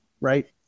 right